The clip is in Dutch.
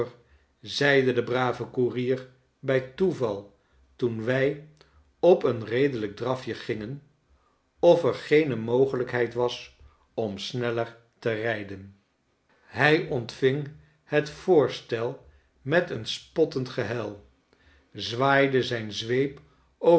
zeide de brave koerier bij toeval toen wij op een redelijk drafje gingen of er geene mogelijkheid was om sneller te rijden hij ontving het voorstel met een spottend gehuil zwaaide zijn zweep over